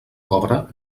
cobra